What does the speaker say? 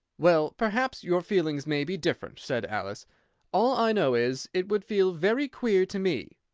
well, perhaps your feelings may be different, said alice all i know is, it would feel very queer to me.